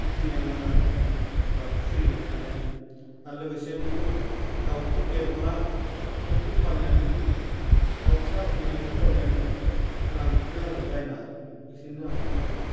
बिखिनिआनो आरो आं जिथुबा सोलिबाय थानाया आरो लोगोसे बेखौ दावखौ देरब्ला बे कम्फानियानो दाव फिसा होफैनाय खम्फानियानो लांफिनो आरो बायना बिसोरनो लांफिनो आरो